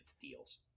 deals